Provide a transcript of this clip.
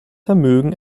vermögen